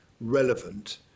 relevant